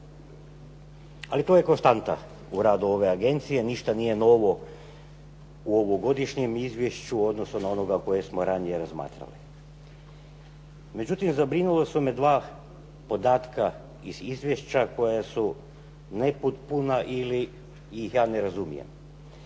Ali to je konstanta u radu ove agencije, ništa nije novo u ovogodišnjem izvješću, odnosno na onoga koje smo ranije razmatrali. Međutim, zabrinula su me dva podatka iz izvješća koja su nepotpuna ili ih ja ne razumijem.